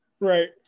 right